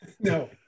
No